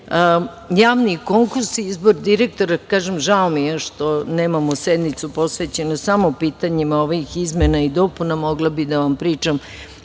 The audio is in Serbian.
javni konkursi i izbor direktora, kažem da mi je žao što nemamo sednicu posvećenu samo pitanjima ovih izmena i dopuna, jer mogla bih da vam pričam